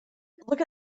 look